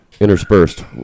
interspersed